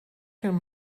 can